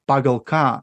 pagal ką